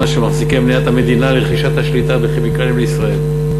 של מחזיקי מניית המדינה לרכישת השליטה ב"כימיקלים לישראל".